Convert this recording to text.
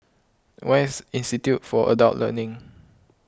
where is Institute for Adult Learning